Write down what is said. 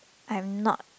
I'm not